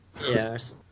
Yes